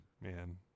Man